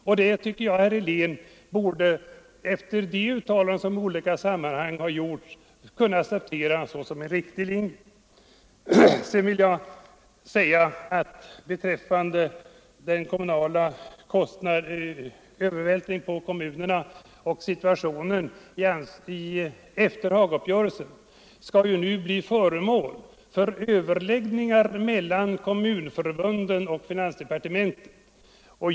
Efter de uttalanden som har gjorts i olika sammanhang tycker jag att herr Helén borde kunna acceptera det som en riktig linje. Övervältringen av kostnader på kommunerna och situationen efter Hagauppgörelsen skall nu bli föremål för överläggningar mellan kommunförbunden och finansdepartementet.